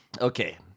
Okay